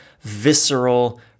visceral